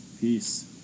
Peace